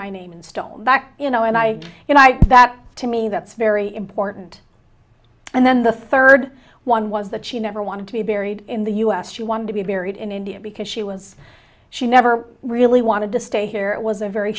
my name in stone back you know and i you know that to me that's very important and then the third one was that she never wanted to be buried in the us she wanted to be buried in india because she was she never really wanted to stay here it was a very